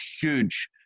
huge